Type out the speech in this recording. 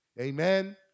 Amen